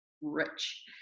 rich